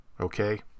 Okay